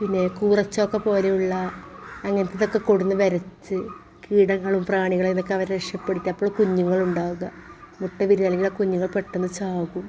പിന്നെ കൂറ ചോക്ക് പോലെ ഉള്ള അങ്ങനത്തൊക്കെ കൊണ്ടുന്ന് വരച്ച് കീടങ്ങളും പ്രാണികളേന്നൊക്കെ അവരെ രക്ഷപ്പെടുത്തി അപ്പോഴാണ് കുഞ്ഞുങ്ങൾ ഉണ്ടാവുക മുട്ട വിരിഞ്ഞ് അല്ലെങ്കിൽ ആ കുഞ്ഞുങ്ങൾ പെട്ടെന്ന് ചാകും